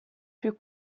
più